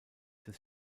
des